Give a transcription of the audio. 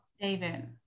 David